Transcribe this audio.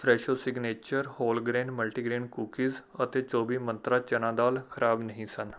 Fresho signature whole grain multigrain cookies ਅਤੇ ਚੌਵੀਂ ਮੰਤਰਾ ਚਨਾ ਦਾਲ ਖਰਾਬ ਨਹੀਂ ਸਨ